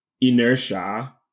inertia